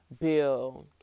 bill